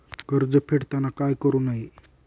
कर्ज फेडताना काय करु नये?